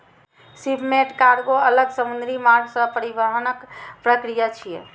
shipment कार्गों अलग समुद्री मार्ग सं परिवहनक प्रक्रिया छियै